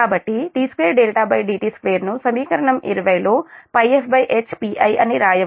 కాబట్టి d2dt2 ను సమీకరణం 20 లో πfH Pi అని వ్రాయవచ్చు